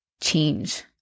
change